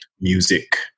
music